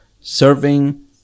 serving